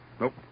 Nope